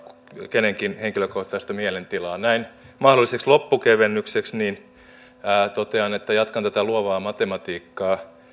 kenenkään henkilökohtaista mielentilaa näin mahdolliseksi loppukevennykseksi totean että jatkan tätä luovaa matematiikkaa